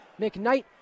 McKnight